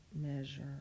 measure